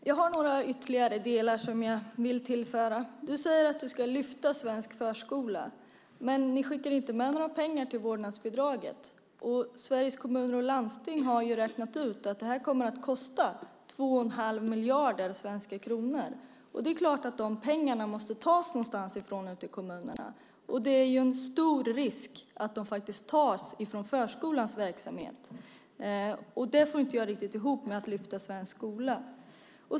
Herr talman! Några ytterligare delar vill jag här tillföra. Du säger att du ska lyfta svensk förskola. Men ni skickar inte med några pengar till vårdnadsbidraget. Sveriges Kommuner och Landsting har räknat ut att det här kommer att kosta 2 1⁄2 miljarder svenska kronor. Det är klart att de pengarna måste tas någonstans ute i kommunerna. Risken är stor att de tas från förskolans verksamhet. Det får jag inte riktigt att gå ihop med detta med att lyfta svensk skola.